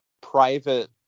private